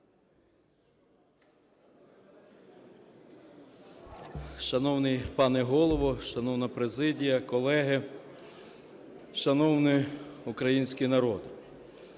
Шановний пане Голово, шановна президія, колеги, шановний український народе!